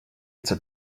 pizza